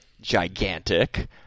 gigantic